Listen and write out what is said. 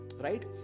Right